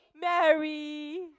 Mary